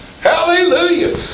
Hallelujah